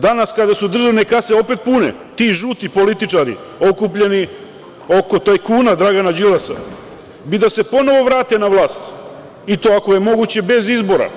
Danas kada su državne kase opet pune ti žuti političari okupljeni oko tajkuna Dragana Đilasa bi da se ponovo vrate na vlast, i to, ako je moguće, bez izbora.